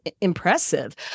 impressive